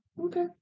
Okay